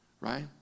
Right